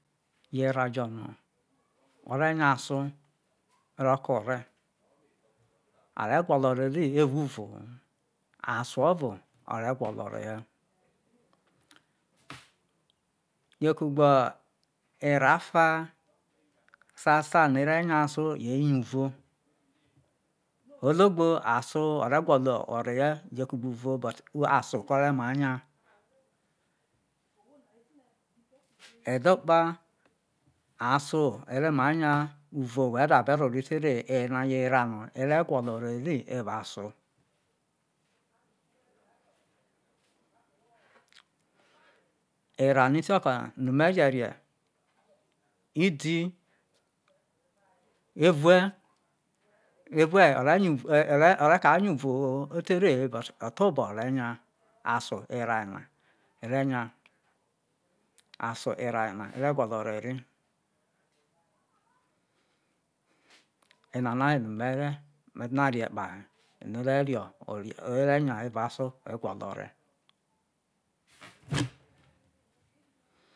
Yo̠ erao jo̠ no̠ o̠re̠ nya a so e̠ro̠ ko̠ ora are gwo̠lo̠ ore̠ rihi evao̠ uvo ho aso o̠vo are gwolo ore ri, je kugbo erao o̠fa sasa no ere nya, aso je nya uvo, ologbo aso o̠re̠ gwo̠lo̠ ore ye je kugbe uro ore̠ ma nya edhokpa aso ere̠ ma ya uvo wo̠re̠ ka ke rue rai tere he eyena yo̠ erao̠ no̠ ere̠ gwo̠lo̠ orori erao aso erao no ikio ko̠ na no̠ me je̠ rie̠ idi, erue, evue o̠re̠ kare nya uvo otere he othobo ore̠ nya aso erao na ore̠ nya aso erao yena ere gwo̠lo̠ ore ri enana eno̠ me dina riee̠ kpahe no ehe rio̠ ere̠ nya eva o aso gwo̠lo̠ ore